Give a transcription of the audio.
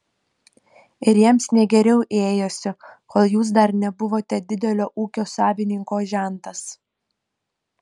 ir jiems ne geriau ėjosi kol jūs dar nebuvote didelio ūkio savininko žentas